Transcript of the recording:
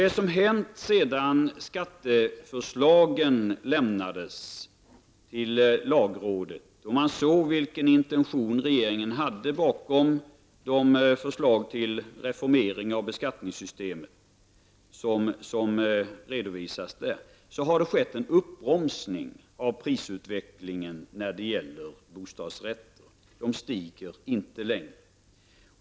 Det som har hänt sedan skatteförslagen lämnades till lagrådet och man såg vilken intention regeringen hade bakom de förslag till reformering av beskattningssystemet som redovisas är att det har skett en uppbromsning av prisutvecklingen på bostadsrätter. Priserna stiger inte längre.